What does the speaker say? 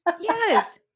Yes